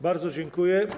Bardzo dziękuję.